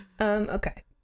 Okay